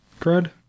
Crud